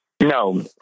No